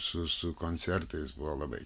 su su koncertais buvo labai